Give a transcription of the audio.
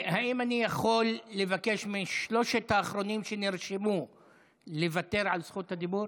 האם אני יכול לבקש משלושת האחרונים שנרשמו לוותר על זכות הדיבור?